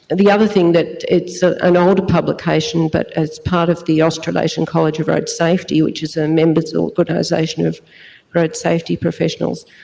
the other thing that, it's ah an older publication, but as part of the australasian college of road safety, which is a members organisation of road safety professionals,